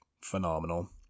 Phenomenal